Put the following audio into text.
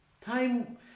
Time